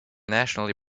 nationally